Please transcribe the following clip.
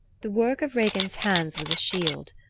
the work of regin's hands was a shield,